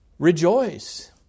rejoice